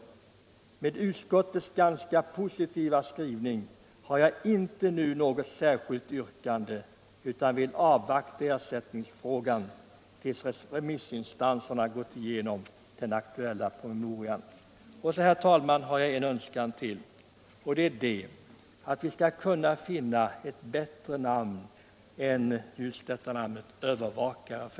Med tanke på utskottets ganska positiva skrivning har jag inte nu något särskilt yrkande utan vill avvakta i ersättningsfrågan tills remissinstanserna gått igenom den aktuella promemorian. Så, herr talman, har jag en önskan till, nämligen att vi skall kunna finna en bättre benämning än ordet övervakare.